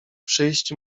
przyjść